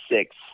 six